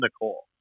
Nicole